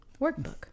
workbook